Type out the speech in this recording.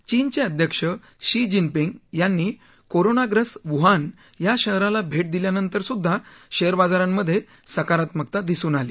चीनचे अध्यक्ष Xi Jinping यांनी कोरोनाग्रस्त वुहान या शहराला भेट दिल्यानंसुद्धा शेअर बाजारांमध्ये सकारात्मकता दिसली